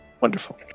Wonderful